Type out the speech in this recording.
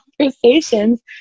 conversations